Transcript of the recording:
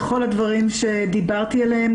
בכל הדברים שדיברתי עליהם,